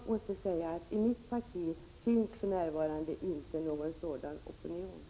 I mitt parti finns för närvarande inte någon sådan opinion.